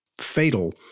fatal